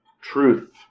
truth